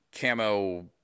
camo